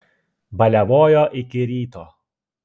baliavojo iki ryto